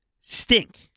stink